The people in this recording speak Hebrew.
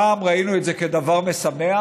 פעם ראינו את זה כדבר משמח,